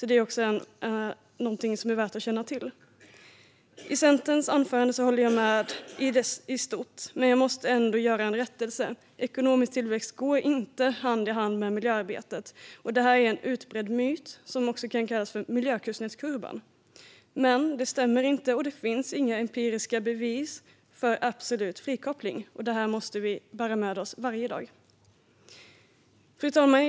Det är också något som är värt att känna till. Centerns anförande instämmer jag i stort i, men jag måste ändå göra en rättelse. Ekonomisk tillväxt går inte hand i hand med miljöarbetet. Det är en utbredd myt som också kan kallas för miljökuznetskurvan. Men den stämmer alltså inte, och det finns inga empiriska bevis för absolut frikoppling. Detta måste vi bära med oss varje dag. Fru talman!